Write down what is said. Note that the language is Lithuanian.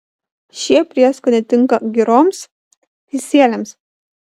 šie prieskoniai tinka giroms kisieliams